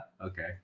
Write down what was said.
Okay